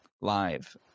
live